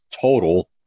total